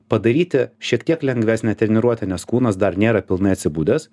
padaryti šiek tiek lengvesnę treniruotę nes kūnas dar nėra pilnai atsibudęs